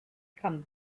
come